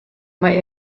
mae